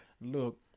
Look